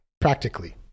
Practically